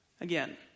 Again